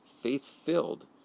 Faith-filled